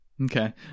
Okay